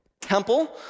temple